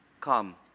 come